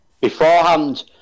beforehand